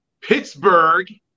Pittsburgh